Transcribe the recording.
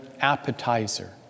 appetizer